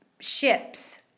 ships